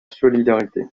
solidarité